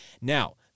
Now